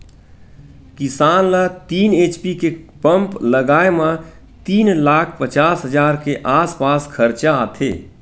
किसान ल तीन एच.पी के पंप लगाए म तीन लाख पचास हजार के आसपास खरचा आथे